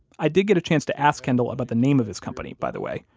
i did get a chance to ask kendall about the name of his company, by the way,